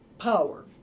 power